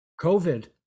covid